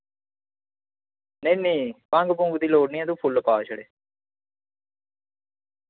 नेईं नेईं भंग भुंग दी लोड़ निं तू छड़े फुल्ल पा